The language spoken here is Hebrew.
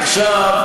עכשיו,